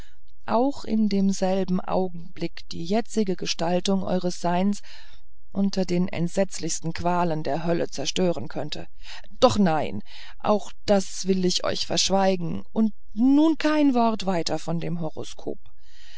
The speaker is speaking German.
auch in demselben augenblick die jetzige gestaltung eures seins unter den entsetzlichsten qualen der hölle zerstören könnte doch nein auch das will ich euch verschweigen und nun kein wort weiter von dem horoskop